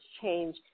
change